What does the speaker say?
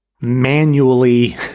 manually